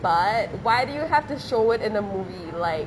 but why do you have to show it in the movie like